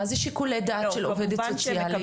מה זה שיקולי דעת של עובדת סוציאלית?